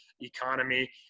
economy